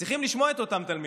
צריכים לשמוע את אותם תלמידים.